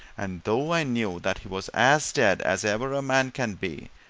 and though i knew that he was as dead as ever a man can be,